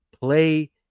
play